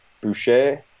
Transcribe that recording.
Boucher